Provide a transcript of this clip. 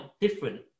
different